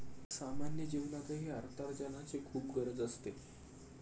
सामान्य जीवनातही अर्थार्जनाची खूप गरज असते